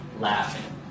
laughing